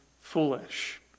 foolish